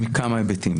מכמה היבטים.